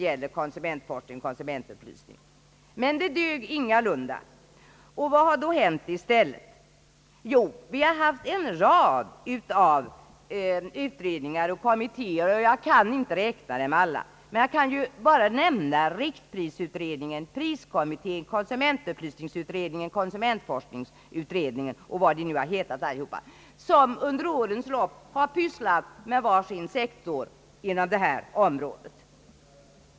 Men det förslaget dög ingalunda. Vad har då hänt i stället? Jo, vi har haft en rad av utredningar och kommittéer. Jag kan inte räkna dem alla, men jag kan nämna riktprisutredningen, priskommittén, konsumentupplysningsutredningen, konsumentforskningsutredningen och allt vad de nu har hetat, som under årens lopp har pysslat med var sin sektor inom detta område.